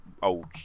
old